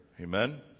Amen